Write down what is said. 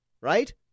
right